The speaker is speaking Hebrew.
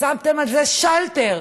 שמתם על זה שלטר.